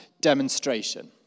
demonstration